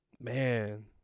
man